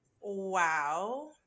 Wow